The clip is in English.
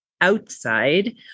outside